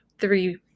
three